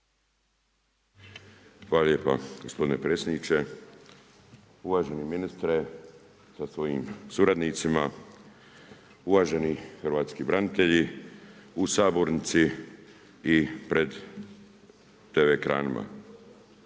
Hvala lijepa gospodine predsjedniče. Uvaženi ministre, sa svojim suradnicima, uvaženi hrvatski branitelji u sabornici i pred TV ekranima.